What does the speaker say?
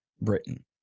Britain